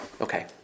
Okay